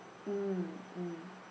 mm mm